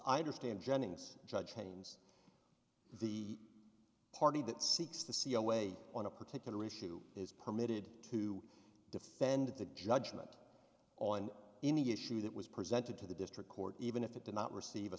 i understand jennings judge haynes the party that seeks to see a way on a particular issue is permitted to defend the judgement on any issue that was presented to the district court even if it did not receive a